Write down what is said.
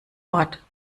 ort